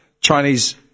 Chinese